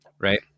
right